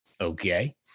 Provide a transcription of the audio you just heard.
okay